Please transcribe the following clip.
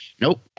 Nope